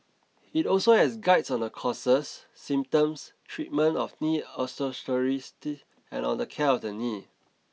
it also has guides on the causes symptoms treatment of knee osteoarthritis and on the care of the knee